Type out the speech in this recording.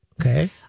Okay